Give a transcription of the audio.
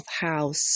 house